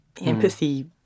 empathy